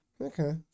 Okay